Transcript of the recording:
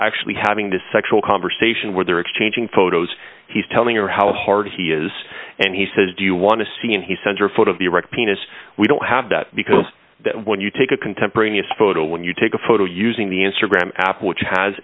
actually having to sexual conversation where they're exchanging photos he's telling her how hard he is and he says do you want to see and he sent her a foot of the erect penis we don't have that because that when you take a contemporaneous photo when you take a photo using the answer graham app which has